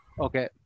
Okay